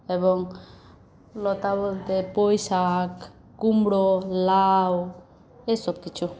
এবং লতা বলতে পুঁইশাক কুমড়ো লাউ এসব কিছু